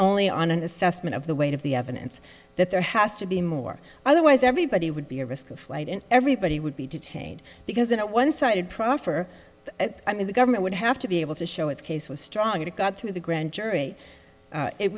only on an assessment of the weight of the evidence that there has to be more otherwise everybody would be a risk of flight and everybody would be detained because in a one sided proffer i mean the government would have to be able to show its case was strong it got through the grand jury